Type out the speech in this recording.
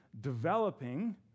developing